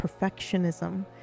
perfectionism